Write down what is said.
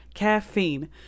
caffeine